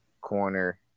corner